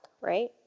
right